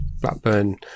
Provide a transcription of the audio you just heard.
Blackburn